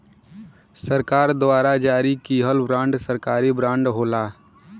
सरकार द्वारा जारी किहल बांड सरकारी बांड होला